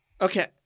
okay